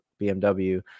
BMW